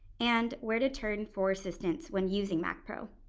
and where to turn for assistance when using macpro.